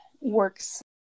works